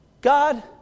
God